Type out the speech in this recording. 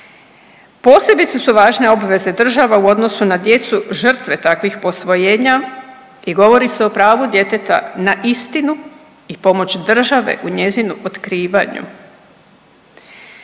Posebice su važne obveze države u odnosu na djecu žrtve takvih posvojenja i govori se o pravu djeteta na istinu i pomoć države u njezinu otkrivanju.